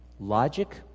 Logic